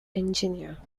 engineer